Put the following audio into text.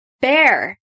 Bear